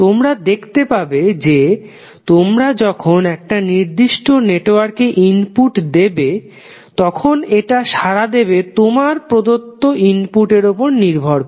তোমরা দেখতে পাবে যেতোমরা যখন একটা নির্দিষ্ট নেটওয়ার্ক এ ইনপুট দেবে তখন এটা সাড়া দেবে তোমার প্রদত্ত ইনপুটের উপর নির্ভর করে